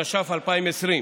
התש"ף 2020,